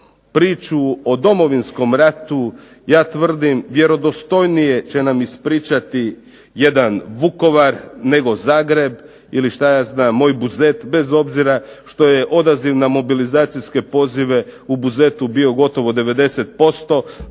priču o Domovinskom ratu ja tvrdim vjerodostojnije će nam ispričati jedan Vukovar nego Zagreb ili šta ja znam moj Buzet bez obzira što je odaziv na mobilizacijske pozive u Buzetu bio gotovo 90%,